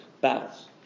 battles